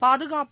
பாதுகாப்பு